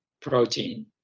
protein